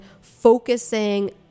focusing